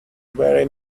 very